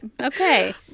Okay